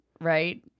right